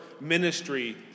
ministry